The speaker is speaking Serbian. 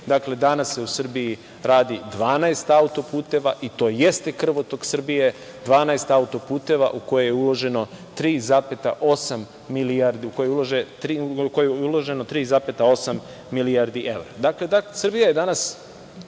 dakle danas se u Srbiji radi 12 autoputeva i to jeste krvotok Srbije, 12 autoputeva u koje je uloženo 3,8 milijardi